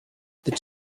this